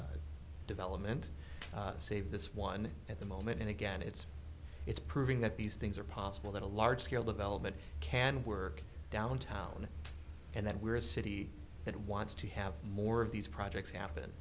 current development save this one at the moment and again it's it's proving that these things are possible that a large scale development can work downtown and that we're a city that wants to have more of these projects happen